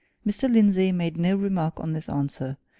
mr. lindsey made no remark on this answer,